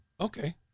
Okay